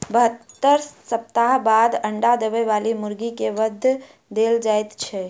बहत्तर सप्ताह बाद अंडा देबय बाली मुर्गी के वध देल जाइत छै